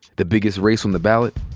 the biggest race on the ballot?